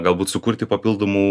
galbūt sukurti papildomų